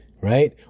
right